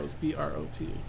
B-R-O-T